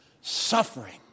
suffering